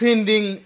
Pending